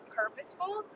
purposeful